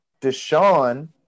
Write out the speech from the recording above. Deshaun